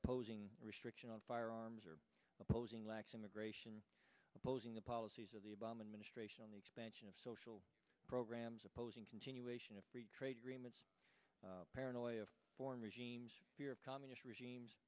opposing restrictions on firearms or opposing lax immigration opposing the policies of the obama administration on the expansion of social programs opposing continuation of free trade agreements paranoia foreign regimes fear of communist regimes